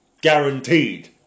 Guaranteed